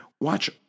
watch